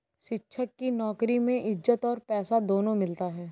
शिक्षक की नौकरी में इज्जत और पैसा दोनों मिलता है